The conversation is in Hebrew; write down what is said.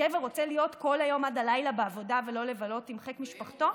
גבר רוצה להיות כל היום עד הלילה בעבודה ולא לבלות בחיק משפחתו?